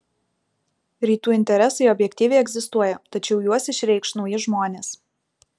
rytų interesai objektyviai egzistuoja tačiau juos išreikš nauji žmonės